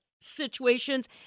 situations